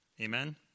Amen